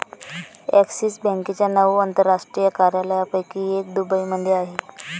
axis बँकेच्या नऊ आंतरराष्ट्रीय कार्यालयांपैकी एक दुबईमध्ये आहे